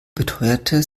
beteuerte